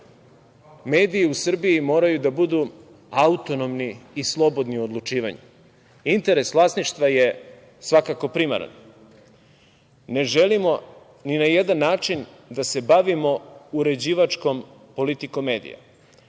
mediji u Srbiji moraju da budu autonomni i slobodni u odlučivanju. Interes vlasništva je svakako primaran. Ne želimo ni na jedan način da se bavimo uređivačkom politikom medija. Godine